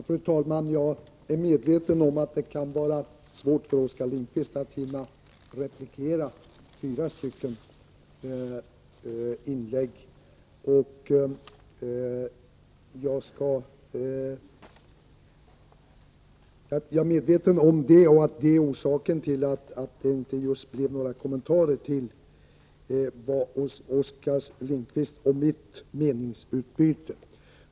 Fru talman! Jag förstår att det kan vara svårt för Oskar Lindkvist att hinna med repliker på fyra inlägg. Jag är medveten om att detta är orsaken till att det just inte blev några kommentarer utöver Oskar Lindkvists och mitt meningsutbyte.